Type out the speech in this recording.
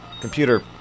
Computer